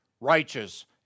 righteous